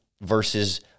versus